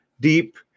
deep